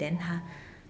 orh